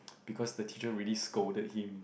because the teacher really scolded him